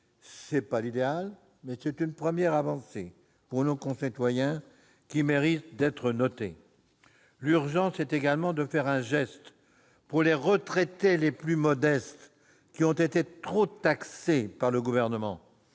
Ce n'est pas l'idéal, mais c'est une première avancée pour nos concitoyens, et elle mérite d'être notée. L'urgence est également de faire un geste pour les retraités les plus modestes, qui ont été trop taxés par le Gouvernement.